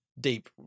deep